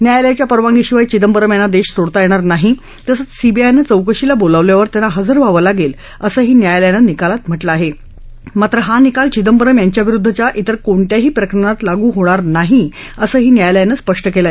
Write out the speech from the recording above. न्यायालयाच्या परवानगीशिवाय चिदंबरम यांना दशीसोडता यधीर नाही तसंच सीबीआयनं चौकशीला बोलावल्यावर त्यांना हजर व्हावं लागद्वी असं न्यायालयानं निकालात म्हटलं आह झात्र हा निकाल चिदंबरम यांच्याविरुद्धच्या विर कोणत्याही प्रकरणात लागू होणार नाही असंही न्यायालयानं स्पष्ट कलि